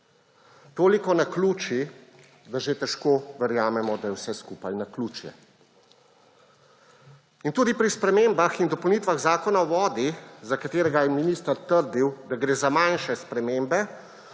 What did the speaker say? Toliko naključij, da že težko verjamemo, da je vse skupaj naključje. Tudi pri spremembah in dopolnitvah Zakona o vodi, za katerega je minister trdil, da gre za manjše spremembe,